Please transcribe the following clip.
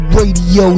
Radio